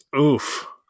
Oof